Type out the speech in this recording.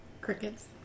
Crickets